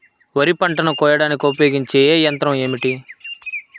వరిపంటను పంటను కోయడానికి ఉపయోగించే ఏ యంత్రం ఏమిటి?